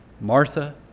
Martha